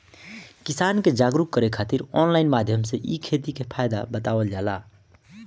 किसान के जागरुक करे खातिर ऑनलाइन माध्यम से इ खेती के फायदा बतावल जाला